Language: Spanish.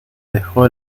dejó